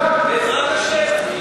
בעזרת השם.